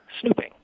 snooping